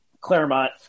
Claremont